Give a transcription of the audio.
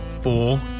Four